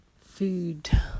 food